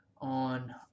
on